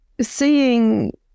seeing